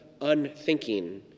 unthinking